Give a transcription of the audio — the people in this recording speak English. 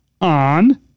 on